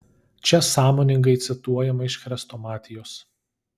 čia sąmoningai cituojama iš chrestomatijos